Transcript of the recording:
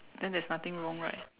then there's nothing wrong right